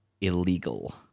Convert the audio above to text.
illegal